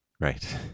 Right